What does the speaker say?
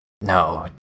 No